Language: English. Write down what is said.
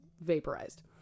vaporized